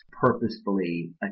purposefully